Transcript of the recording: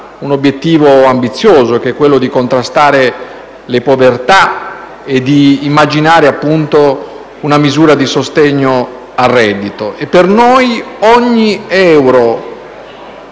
un obiettivo ambizioso che è quello di contrastare le povertà e di immaginare una misura di sostegno al reddito. Per noi ogni euro